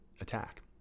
attack